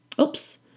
Oops